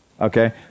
Okay